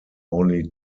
only